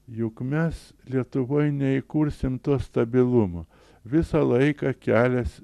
juk mes lietuvoj neįkursim to stabilumo visą laiką kelias